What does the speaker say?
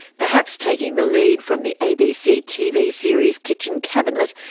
perhaps taking the lead from the abc tv series kitchen cabinet,